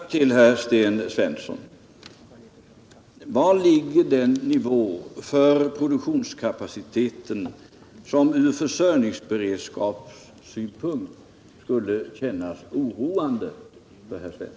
Herr talman! Bara en fråga till herr Sten Svensson: Var ligger den nivå för produktionskapaciteten som ur försötjningsberedskapssynpunkt skulle kännas oroande för herr Svensson?